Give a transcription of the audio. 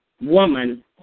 woman